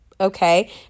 Okay